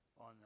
on